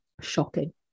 Shocking